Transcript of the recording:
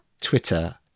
twitter